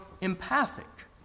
empathic